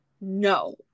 no